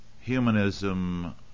Humanism